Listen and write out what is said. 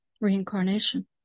Reincarnation